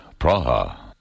Praha